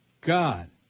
God